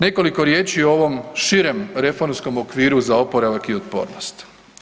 Nekoliko riječi o ovom širem reformskom okviru za oporavak i otpornost.